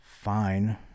fine